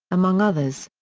among others.